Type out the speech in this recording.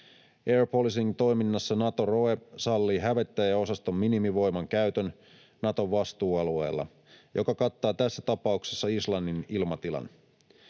Air policing -toiminnassa Nato ROE sallii hävittäjäosaston minimivoimankäytön Naton vastuualueella, joka kattaa tässä tapauksessa Islannin ilmatilan.